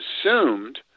assumed